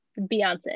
Beyonce